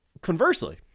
conversely